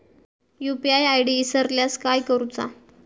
UPI ID इसरल्यास काय करुचा?